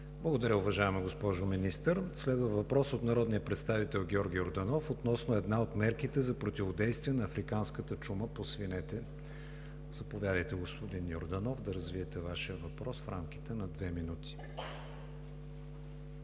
Благодаря, уважаема госпожо Министър. Следва въпрос от народния представител Георги Йорданов относно една от мерките за противодействие на африканската чума по свинете. Заповядайте, господин Йорданов, да развиете Вашия въпрос в рамките на две минути.